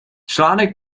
článek